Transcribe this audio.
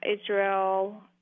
Israel